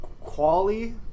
Quali